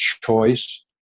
choice